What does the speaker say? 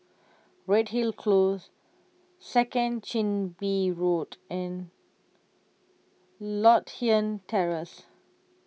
Redhill Close Second Chin Bee Road and Lothian Terrace